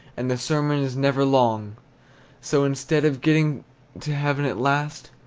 and the sermon is never long so instead of getting to heaven at last,